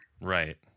Right